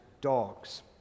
dogs